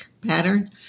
pattern